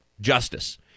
justice